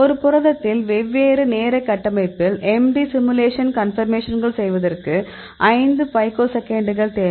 ஒரு புரதத்தில் வெவ்வேறு நேரக்கட்டமைப்பில் MD சிமுலேஷன் கன்பர்மேஷன்கள் செய்வதற்கு 5 பைக்கோசெகண்டுகள் தேவை